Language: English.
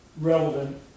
relevant